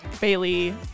Bailey